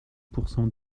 pourcent